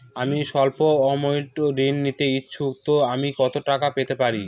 আমি সল্প আমৌন্ট ঋণ নিতে ইচ্ছুক তো আমি কত টাকা পেতে পারি?